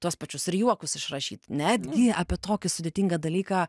tuos pačius ir juokus išrašyt netgi apie tokį sudėtingą dalyką